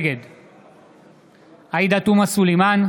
נגד עאידה תומא סלימאן,